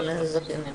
כן, לזכיינים.